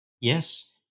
Yes